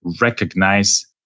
recognize